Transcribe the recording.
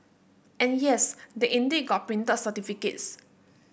and yes they indeed got printed certificates